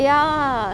ya